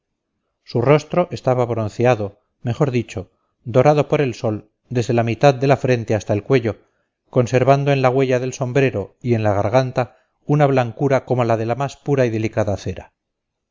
su rostro estaba bronceado mejor dicho dorado por el sol desde la mitad de la frente hasta el cuello conservando en la huella del sombrero y en la garganta una blancura como la de la más pura y delicada cera